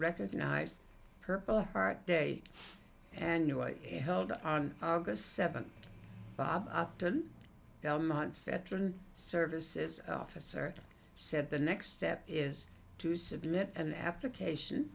recognize a purple heart date and held on august seventh upton belmont's veteran services officer said the next step is to submit an application